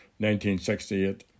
1968